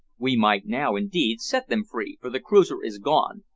we might now, indeed, set them free, for the cruiser is gone,